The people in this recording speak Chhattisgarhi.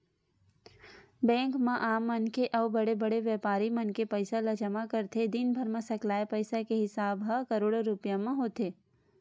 बेंक म आम मनखे अउ बड़े बड़े बेपारी मन ह पइसा ल जमा करथे, दिनभर म सकलाय पइसा के हिसाब ह करोड़ो रूपिया म होथे